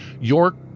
York